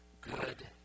good